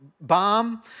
bomb